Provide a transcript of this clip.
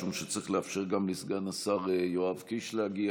משום שצריך לאפשר גם לסגן השר יואב קיש להגיע,